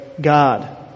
God